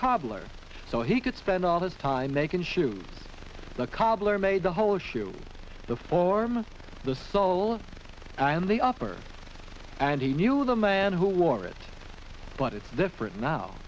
cobbler so he could spend all the time they can shoot the cobbler made the whole issue the form of the soul of i am the offer and he knew of the man who wore it but it's different now